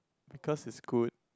because it's good